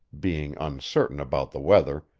being uncertain about the weather,